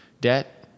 debt